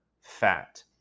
fat